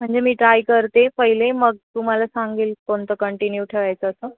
म्हणजे मी ट्राय करते पहिले मग तुम्हाला सांगेन कोणतं कंटिन्यू ठेवायचं असं